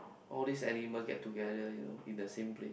all these animal get together you know in the same place